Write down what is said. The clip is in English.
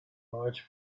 large